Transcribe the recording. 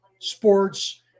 Sports